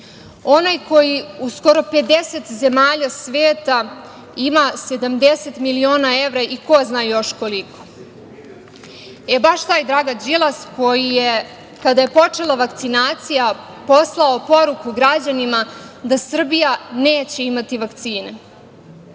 onaj koji u skoro 50 zemalja sveta ima 70 miliona evra i ko zna još koliko. E, baš taj, Dragan Đilas, koji je, kada je počela vakcinacija, poslao poruku građanima da Srbija neće imati vakcine.